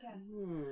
Yes